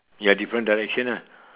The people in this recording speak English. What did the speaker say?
ya different direction ah